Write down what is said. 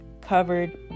covered